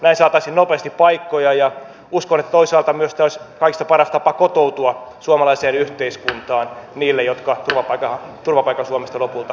näin saataisiin nopeasti paikkoja ja uskon että toisaalta tämä olisi myös kaikista paras tapa kotoutua suomalaiseen yhteiskuntaan niille jotka turvapaikan suomesta lopulta saavat